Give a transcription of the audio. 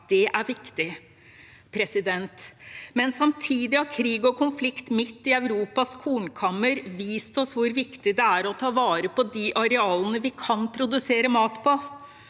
Det er viktig. Samtidig har krig og konflikt midt i Europas kornkammer vist oss hvor viktig det er å ta vare på de arealene vi kan produsere mat på.